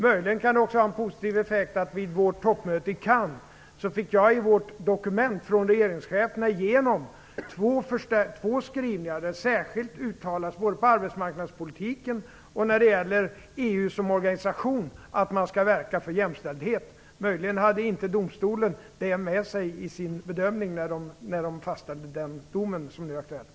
Möjligen kan det också ha en positiv effekt att vid vårt toppmöte i Cannes fick jag i vårt dokument från regeringscheferna igenom två skrivningar där det särskilt uttalas både när det gäller arbetsmarknadspolitiken och EU som organisation att man skall verka för jämställdhet. Möjligen hade inte domstolen det med sig vid sin bedömning när den fastställde den dom som nu är aktuell.